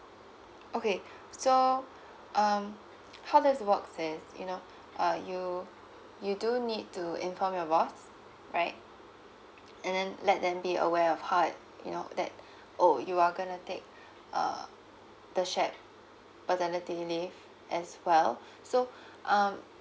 okay so um how this works is you know uh you you do need to inform your boss right and then let them be aware of how it you know that oh you are gonna take uh the shared paternity leave as well so um